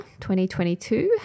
2022